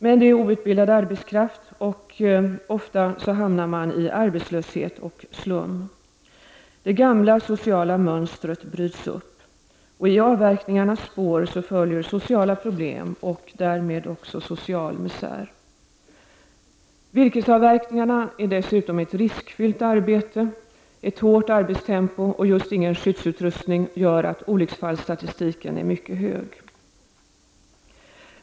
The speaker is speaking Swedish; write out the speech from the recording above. Men det är fråga om outbildad arbetskraft, och ofta hamnar männiakoen i arbetslöshet och slum. Det gamla sociala mönstret bryts upp. I avverkningarnas spår följer sociala problem och därmed också social misär. Virkesavverkningar är dessutom ett riskfyllt arbete. Ett hårt arbetstempo och just ingen skyddsutrustning gör att olycksfallsstatistiken är mycket hög.